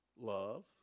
Love